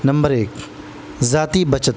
number ایک ذاتی بچت